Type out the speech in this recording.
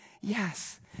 yes